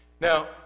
Now